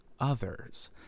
others